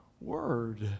word